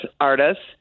artists